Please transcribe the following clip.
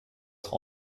être